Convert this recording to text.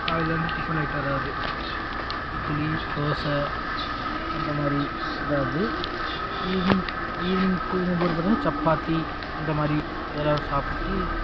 காலையில் வந்து tiffin item ஏதாவது இட்லி தோசை அந்த மாதிரி ஏதாவது ஈவினிங் ஈவினிங் தூங்கும்போது பார்த்தீங்கன்னா சப்பாத்தி இந்த மாதிரி இதெலாம் சாப்பிட்டு